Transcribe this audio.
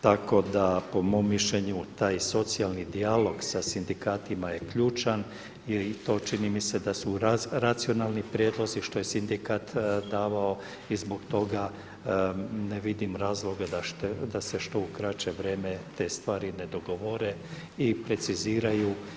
Tako da po mom mišljenju taj socijalni dijalog sa sindikatima je ključan i to čini mi se da su racionalni prijedlozi što je sindikat davao i zbog toga ne vidim razloga da se u što kraće vrijeme te stvari ne dogovore i preciziraju.